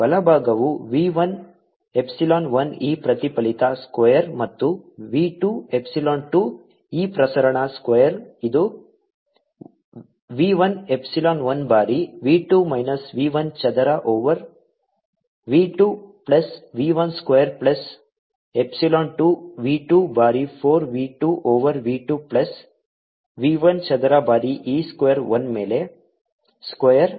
ಬಲಭಾಗವು v 1 epsilon 1 e ಪ್ರತಿಫಲಿತ square ಮತ್ತು v 2 ಎಪ್ಸಿಲಾನ್ 2 e ಪ್ರಸರಣ ಸ್ಕ್ವೇರ್ ಇದು v 1 ಎಪ್ಸಿಲಾನ್ 1 ಬಾರಿ v 2 ಮೈನಸ್ v 1 ಚದರ over v 2 plus v 1 square plus epsilon 2 v 2 ಬಾರಿ 4 v 2 over v 2 plus v 1 ಚದರ ಬಾರಿ e ಸ್ಕ್ವೇರ್ I ಮೇಲೆ ಸ್ಕ್ವೇರ್